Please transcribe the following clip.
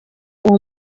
uwo